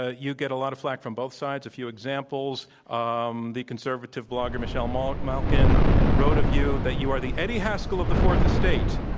ah you get a lot of flack from both sides. a few examples, um the conservative blogger, michelle malkin wrote of you that you are the eddie haskell of the fourth estate.